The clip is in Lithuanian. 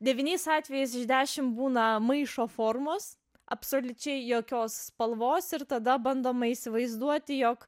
devyniais atvejais iš dešim būna maišo formos absoliučiai jokios spalvos ir tada bandoma įsivaizduoti jog